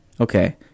Okay